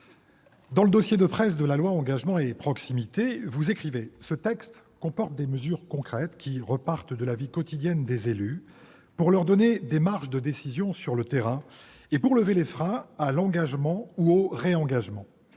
Dans le dossier de presse de ce projet de loi Engagement et proximité, vous écrivez :« Ce texte comporte des mesures concrètes, qui repartent de la vie quotidienne des élus, pour leur donner des marges de décision sur le terrain [...] et pour lever les freins à l'engagement ou au réengagement [